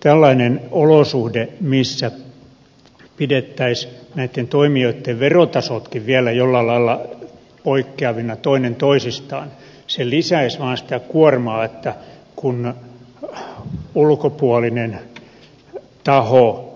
tällainen olosuhde missä pidettäisiin näitten toimijoitten verotasotkin vielä jollain lailla poikkeavina toinen toisistaan lisäisi vaan sitä kuormaa että kun ulkopuolinen taho